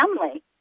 family